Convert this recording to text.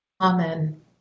Amen